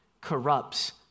corrupts